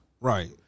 Right